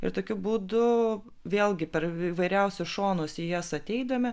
ir tokiu būdu vėlgi per įvairiausius šonus į jas ateidami